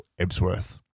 Ebsworth